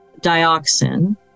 dioxin